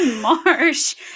Marsh